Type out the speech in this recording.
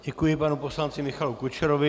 Děkuji panu poslanci Michalu Kučerovi.